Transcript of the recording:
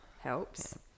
helps